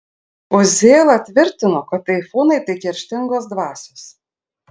uzėla tvirtino kad taifūnai tai kerštingos dvasios